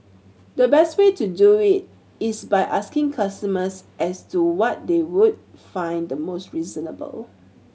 the best way to do we is by asking customers as to what they would find the most reasonable